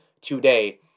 today